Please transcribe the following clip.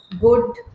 good